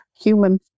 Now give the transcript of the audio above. human